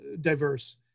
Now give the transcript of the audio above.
diverse